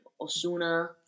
osuna